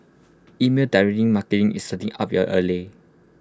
email direct marketing is certainly up your alley